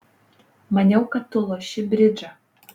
maniau kad tu loši bridžą